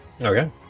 Okay